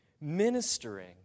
ministering